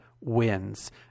wins